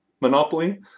monopoly